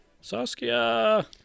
Saskia